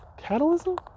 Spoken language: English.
Catalism